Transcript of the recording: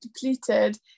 depleted